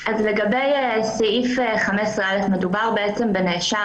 ברגע שהוא לא מסוגל לעמוד לדין אי אפשר לברר לעומק את